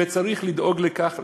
וצריך לדאוג לכך,